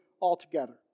altogether